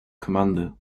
commander